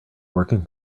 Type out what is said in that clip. working